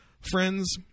Friends